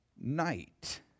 night